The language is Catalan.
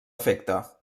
efecte